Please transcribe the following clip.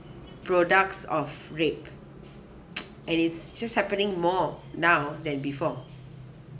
products of rape and it's just happening more now than before